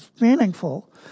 meaningful